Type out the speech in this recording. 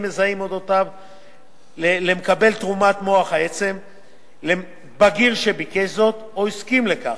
מזהים על אודותיו למקבל תרומת מוח עצם בגיר שביקש זאת או הסכים לכך,